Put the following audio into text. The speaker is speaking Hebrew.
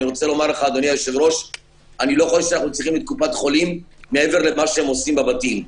אני לא חושב שאנחנו צריכים את קופת החולים מעבר למה שהם עושים בבתים.